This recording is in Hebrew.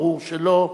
ברור שלא.